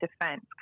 defense